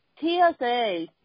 TSA